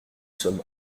sommes